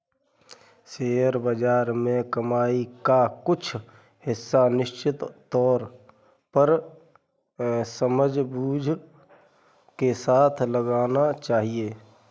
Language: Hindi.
शेयर बाज़ार में कमाई का कुछ हिस्सा निश्चित तौर पर समझबूझ के साथ लगाना चहिये